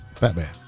batman